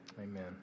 Amen